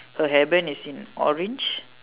her hair band is in orange